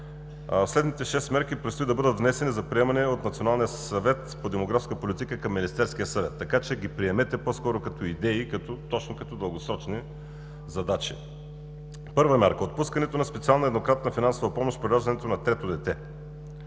Следните шест мерки, предстои да бъдат внесени за приемане от Националния съвет по демографска политика към Министерския съвет, така че ги приемете по-скоро като идеи, точно като дългосрочни задачи. Първа мярка – отпускането на специална еднократна финансова помощ при раждането на трето дете.